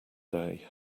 day